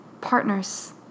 partners